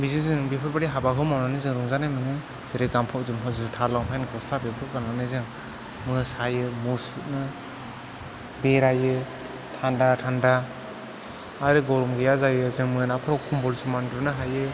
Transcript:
बिदि जों बेफोर बायदि हाबाखौ मावनानै जों रंजानाय मोनो जेरै गानफब जोमफब जुथा लंफेन गस्ला बेखौ गान्नानै जों मोसायो मुसुदनो बेरायो थान्दा थान्दा आरो गरम गैया जायो जों मोनाफ्राव कम्बल जोमना उन्दुनो हायो